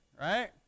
Right